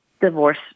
divorce